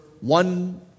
one